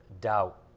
doubt